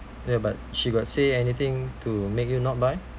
ya but she got say anything to make you not buy